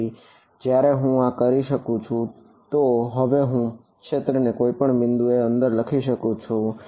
તેથી જયારે હું આ કરી શકું છું તો હવે હું ક્ષેત્રને કોઈ પણ બિંદુની અંદર લખી શકું છું